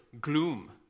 gloom